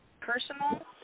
personal